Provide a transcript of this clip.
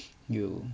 you